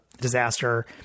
disaster